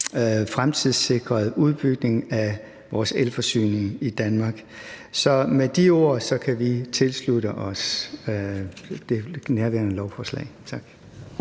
fremtidssikrede udbygning af vores elforsyning i Danmark. Med de ord kan vi tilslutte os det nærværende lovforslag. Tak.